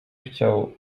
chciał